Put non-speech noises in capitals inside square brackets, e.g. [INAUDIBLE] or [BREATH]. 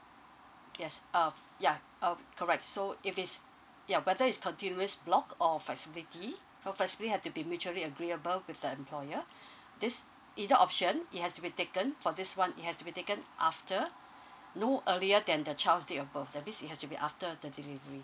yes uh yeah uh correct so if it's yeah whether it's continuous block or flexibility for firstly have to be mutually agreeable with the employer [BREATH] this either option it has to be taken for this one it has to be taken after [BREATH] no earlier than the child's date of birth that means it has to be after the delivery